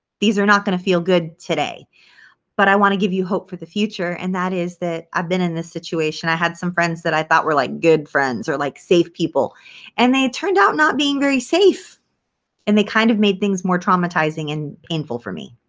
these are not going to feel good today but i want to give you hope for the future and that is that i've been in this situation. i had some friends that i thought were like good friends or like safe people and they turned out not being very safe and they kind of made things more traumatizing and painful for me.